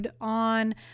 on